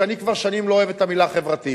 אני כבר שנים לא אוהב את המלה "חברתי".